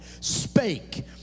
spake